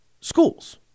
schools